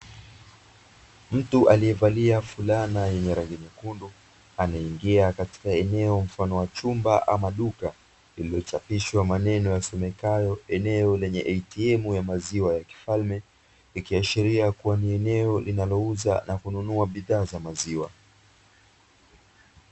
Mtu aliyevalia fulani yenye rangi nyekundu anaingia katika eneo mfano wa chumba ama duka iliyochapishwa maneno yasomekayo eneo lenye "atm" ya maziwa ya kifalme ikiashiria kuwa ni eneo linalouza na kununua bidhaa za maziwa.